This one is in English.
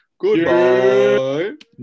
Goodbye